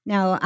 Now